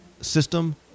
system